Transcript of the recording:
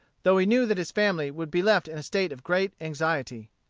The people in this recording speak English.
though he knew that his family would be left in a state of great anxiety.